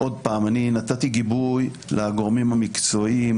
עוד פעם, אני נתתי גיבוי לגורמים המקצועיים,